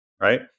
right